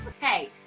Hey